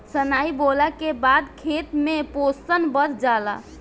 सनइ बोअला के बाद खेत में पोषण बढ़ जाला